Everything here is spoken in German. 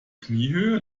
kniehöhe